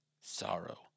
sorrow